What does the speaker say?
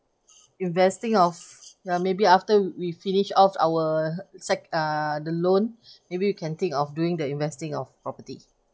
investing of ya maybe after we finish off our sec~ uh the loan maybe you can think of doing the investing of property